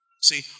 See